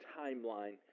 timeline